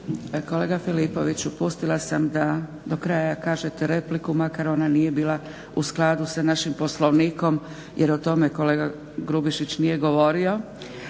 Kolega Filipoviću pustila sam da do kraja kažete repliku makar ona nije bila u skladu sa našim Poslovnikom jer o tome kolega Grubišić nije govorio